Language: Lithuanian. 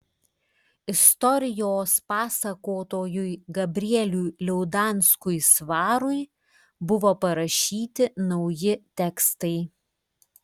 istorijos pasakotojui gabrieliui liaudanskui svarui buvo parašyti nauji tekstai